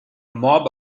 mob